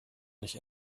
nicht